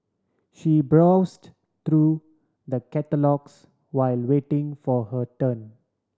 she browsed through the catalogues while waiting for her turn